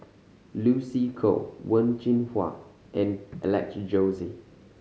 Lucy Koh Wen Jinhua and Alex Josey